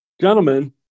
Gentlemen